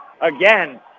Again